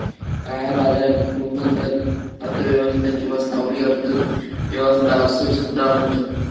काळ्या बाजाराक भूमिगत अर्थ व्यवस्था किंवा सावली अर्थ व्यवस्था असो सुद्धा म्हणतत